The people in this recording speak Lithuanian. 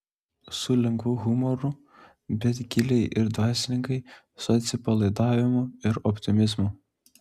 su lengvu humoru bet giliai ir dvasingai su atsipalaidavimu ir optimizmu